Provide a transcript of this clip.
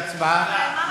את ההצבעה,